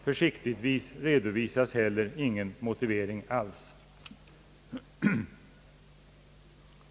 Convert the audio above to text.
Försiktigtvis redovisas heller ingen motivering alls.